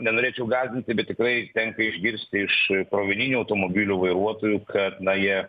nenorėčiau gąsdinti bet tikrai tenka išgirsti iš krovininių automobilių vairuotojų kad na jie